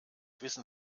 wissen